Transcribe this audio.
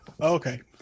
Okay